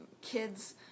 Kids